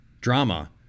drama